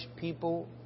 people